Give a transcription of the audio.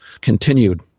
continued